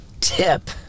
tip